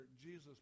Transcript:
Jesus